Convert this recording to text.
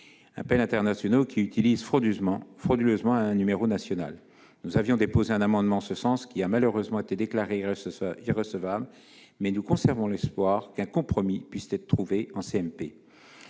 appels internationaux utilisant frauduleusement un numéro national. Nous avions déposé un amendement en ce sens ; il a malheureusement été déclaré irrecevable, mais nous conservons l'espoir qu'un compromis puisse être trouvé en CMP.